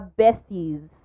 besties